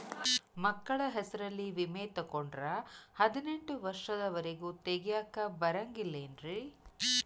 ಮಕ್ಕಳ ಹೆಸರಲ್ಲಿ ವಿಮೆ ತೊಗೊಂಡ್ರ ಹದಿನೆಂಟು ವರ್ಷದ ಒರೆಗೂ ತೆಗಿಯಾಕ ಬರಂಗಿಲ್ಲೇನ್ರಿ?